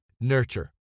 Nurture